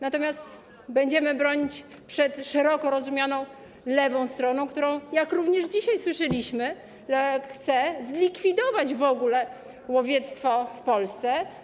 Natomiast będziemy bronić przed szeroko rozumianą lewą stroną, która, jak również dzisiaj słyszeliśmy, w ogóle chce zlikwidować łowiectwo w Polsce.